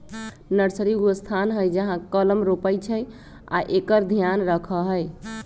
nursery उ स्थान हइ जहा कलम रोपइ छइ आ एकर ध्यान रखहइ